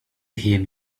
him